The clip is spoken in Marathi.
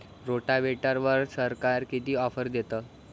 रोटावेटरवर सरकार किती ऑफर देतं?